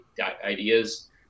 ideas